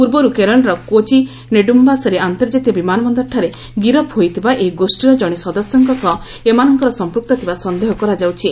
ପୂର୍ବରୁ କେରଳର କୋଚି ନେଡ଼ୁଧ୍ୟାସରୀ ଆନ୍ତର୍ଜାତୀୟ ବିମାନବନ୍ଦରଠାରେ ଗିରଫ ହୋଇଥିବା ଏହି ଗୋଷୀର ଜଣେ ସଦସ୍ୟଙ୍କ ସହ ଏମାନଙ୍କର ସମ୍ପୁକ୍ତ ଥିବା ସନ୍ଦେହ କରାଯାଉଛି